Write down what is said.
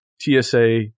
TSA